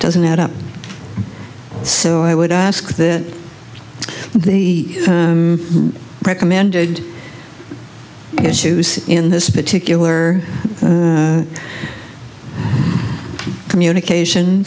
doesn't add up so i would ask that the recommended issues in this particular communication